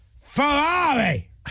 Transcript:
Ferrari